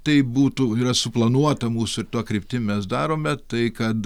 tai būtų yra suplanuota mūsų ir tuo kryptim mes darome tai kad